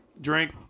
Drink